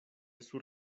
sur